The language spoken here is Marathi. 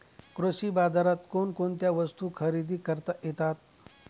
कृषी बाजारात कोणकोणत्या वस्तू खरेदी करता येतात